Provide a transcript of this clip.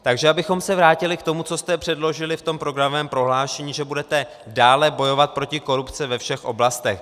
Takže abychom se vrátili k tomu, co jste předložili v programovém prohlášení, že budete dále bojovat proti korupci ve všech oblastech.